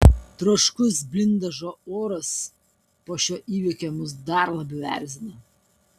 troškus blindažo oras po šio įvykio mus dar labiau erzina